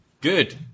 Good